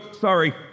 Sorry